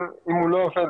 גם אם הוא לא עובד,